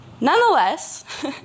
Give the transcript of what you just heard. Nonetheless